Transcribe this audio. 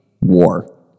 War